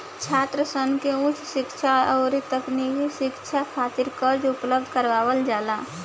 छात्रसन के उच शिक्षा अउरी तकनीकी शिक्षा खातिर कर्जा उपलब्ध करावल जाला